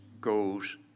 goes